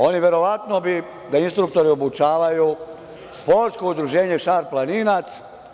Oni bi verovatno da instruktore obučava „sportsko udruženje šarplaninac“